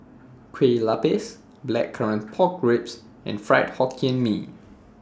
Kueh Lapis Blackcurrant Pork Ribs and Fried Hokkien Mee